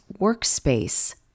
workspace